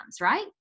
right